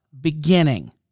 beginning